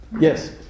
Yes